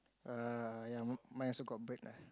err ya mine also got break lah